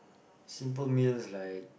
simple meals like